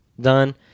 done